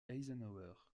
eisenhower